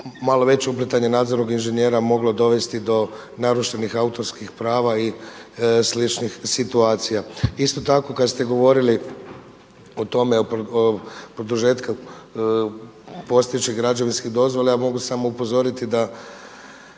malo veće uplitanje nadzornog inženjera moglo dovesti do narušenih autorskih prava i sličnih situacija. Isto tako kada ste govorili o tome o produžetku postojeće građevinske dozvole, ja mogu samo upozoriti da